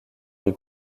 des